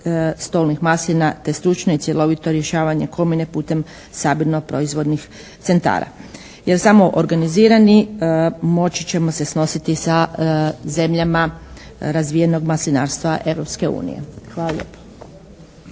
stolnih maslina te stručno I cjelovito rješavanje komine putem sabirno-proizvodnih centara, jer samo organizirani moći ćemo se snositi sa zemljama razvijenog maslinarstva Europske unije. Hvala lijepo.